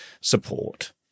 support